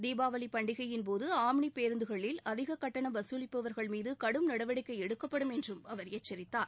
தீபாவளிப் பண்டிகையின்போது ஆம்னி பேருந்துகளில் அதிகக் கட்டணம் வசூலிப்பவர்கள் மீது கடும் நடவடிக்கை எடுக்கப்படும் என்றும் அவர் எச்சரித்தார்